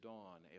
Dawn